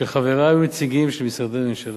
שחבריה היו נציגים של משרדי ממשלה,